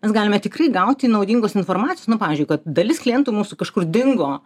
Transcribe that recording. mes galime tikrai gauti naudingos informacijos nu pavyzdžiui kad dalis klientų mūsų kažkur dingo